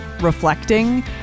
reflecting